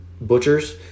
butchers